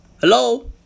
Hello